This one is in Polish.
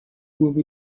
głowy